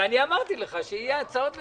ואני אמרתי לך שיהיו הצעות לסדר,